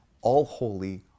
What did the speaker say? all-holy